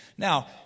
Now